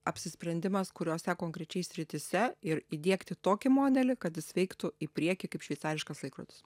apsisprendimas kuriose konkrečiai srityse ir įdiegti tokį modelį kad jis veiktų į priekį kaip šveicariškas laikrodis